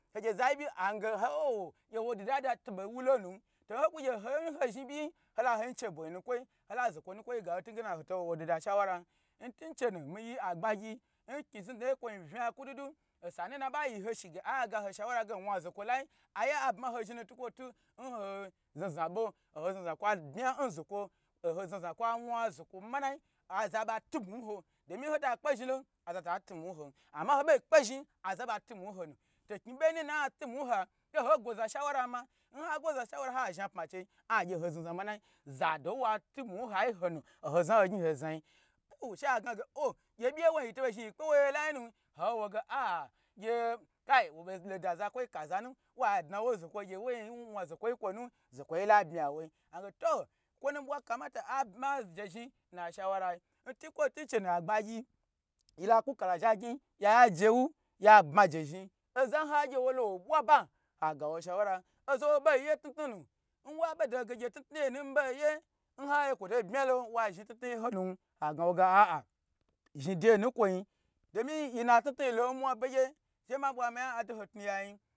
Ho gye zayi ange hooo gye wo dada da to ɓei wulonu to hokwu gye ohon ho zhni ɓyi nyi hola homyi che bwomyi nu nukwoi hola zokwo nukwoi ga n tun gena hoto wo oho duda shawaran nitun chenu ni yi agbagyi n kinyi znu dna ye nkwo nyi vnya kwu dudu osa nu nna ɓa yi hoshi ge aye agaho shawara ge ho wna zokwaki aye a bma ho zhni nu ntu kwoi tu nho zna zna ɓo oho znazna kwa bijiya n zokwo, oho zna zna kwa wna zokwo manai aza ɓa tumwui n ho, domin nhota kpezhin hon azata tumuci n hom amma n hoɓei kpe zhni aza ba tumwui n honu to knyi ɓei nu naye atu mwui n hisa? To hogwo za shawara ha zhni apma n chei a yehi zna zna manai zado watu mwui nai honu ohozna nho gnyi hoi znai u-u sha gnage o gye ɓyi yewoin yi tobo zhi yi kpe woye lai nu howoge ah gye kai wo ɓei loda zakwoi kazamu wa dna wo n zokwo gye woin wna zokwoyi kwonu zokwoyi la bmya n woi agna to kwo nu ɓwa kamata abma se zhni n na shawarai ntukwo tu chenu a gbagyi yila kwu kara zhagnyi yaye ajewu ya bmaje zhni oza n hagye wolo woi ɓwui aba agawo shawara oza nwo ɓei ye tnutnunu nwa ɓe da hoge tnu yenun mi ɓei ye n hagye kwoto binyalo wa zhni tnutnui honu ha gnawo ge a'a. Zhni deye nu nkwo nyi, domi yina tnutnui do n mwa ɓegye shema bwa mi nya ado ho tnu yajnyi.